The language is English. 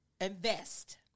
Invest